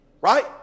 Right